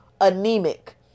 anemic